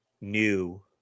new